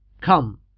Come